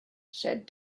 said